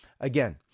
Again